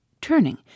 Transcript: Turning